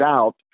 out